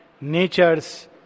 nature's